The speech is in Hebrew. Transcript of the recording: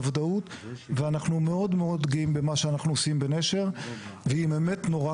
וודאות ואנחנו מאוד מאוד גאים במה שאנחנו עושים בנשר ועם אמת נורא